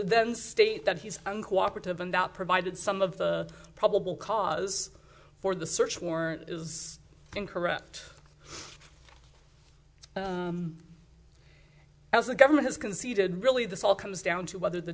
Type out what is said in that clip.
then state that he's uncooperative and out provided some of the probable cause for the search warrant is incorrect as the government has conceded really this all comes down to whether the